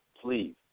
Please